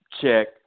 Check